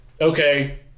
okay